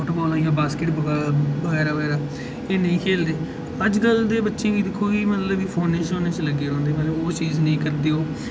football होई गेआ basketball होई गेआ बगैरा बगैरा एह् नेईं खेढदे अजकल दे बच्चें गी दिक्खो कि मतलब कि फोनै ई लग्गे दे रौह्ंदे ओह् चीज नेईं करदे ओह्